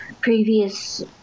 previous